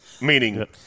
Meaning